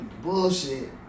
Bullshit